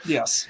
Yes